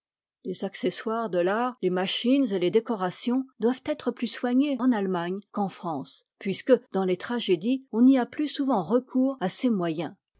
les accessoires de l'art les machines et les décorations doivent être plus soignés en allemagne qu'en france puisque dans les tragédies on y a plus souvent recours à ces moyens